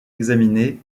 examinées